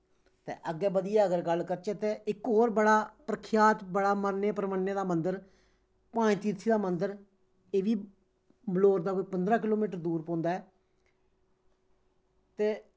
ते अग्गें बधियै अगर गल्ल करचै ते इक होर बड़ा प्रख्यात बड़ा मन्ने परमन्ने दा मन्दर पंजतीर्थी दा मन्दर एह् बी बलौर दा कोई पंदरां किलो मीटर दूर पौंदा ऐ ते